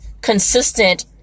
consistent